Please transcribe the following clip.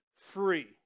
free